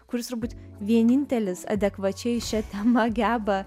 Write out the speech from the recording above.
kuris turbūt vienintelis adekvačiai šia tema geba